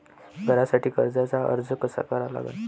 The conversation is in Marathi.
घरासाठी कर्जाचा अर्ज कसा करा लागन?